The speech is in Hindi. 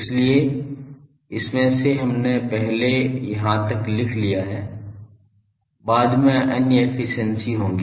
इसलिए इसमें से हमने यहाँ तक लिखा है बाद में अन्य एफिशिएंसी होंगी